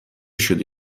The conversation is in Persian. شدی